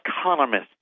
economist